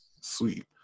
Sweet